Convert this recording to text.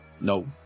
No